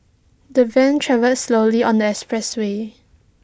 the van travelled slowly on the expressway